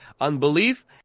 unbelief